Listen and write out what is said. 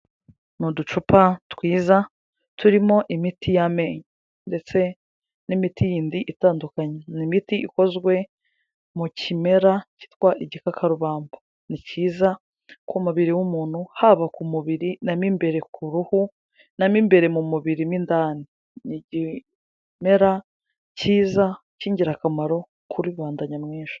Mu ducupa twiza turimo imiti y'amenyo ndetse n'imiti yindi itandukanye, ni imiti ikozwe mu kimera kitwa igikakarubamba, ni kiza ku mubiri w'umuntu, haba ku mubiri na mo imbere ku ruhu, mo imbere mu mubiri mo indani, ni ikimera kiza cy'ingirakamaro kuribanda nyamwinshi